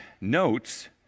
notes